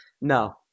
no